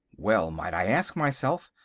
well might i ask myself.